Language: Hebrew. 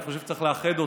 אני חושב שצריך לאחד אותן,